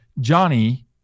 Johnny